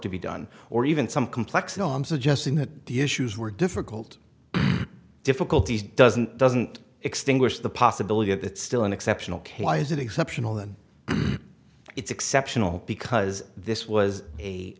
to be done or even some complex no i'm suggesting that the issues were difficult difficulties doesn't doesn't extinguish the possibility that it's still an exceptional case why is it exceptional and it's exceptional because this was a